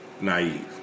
naive